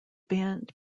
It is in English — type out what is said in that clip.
band